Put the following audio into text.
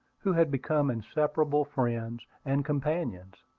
who had become inseparable friends and companions.